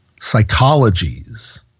psychologies